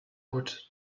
would